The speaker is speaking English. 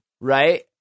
right